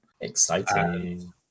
Exciting